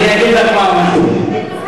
אני אגיד לך מה אמרתי לו.